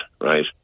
right